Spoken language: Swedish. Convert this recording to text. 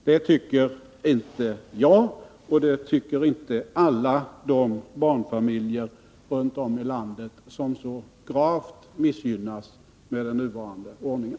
Det tycker inte jag, och det tycker inte alla de barnfamiljer runt om i landet som så gravt missgynnas med den nuvarande ordningen.